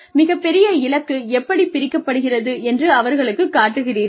மிகப்பெரிய இலக்கு எப்படிப் பிரிக்கப்படுகிறது என்று அவர்களுக்குக் காட்டுகிறீர்கள்